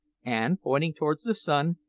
and pointing towards the sun,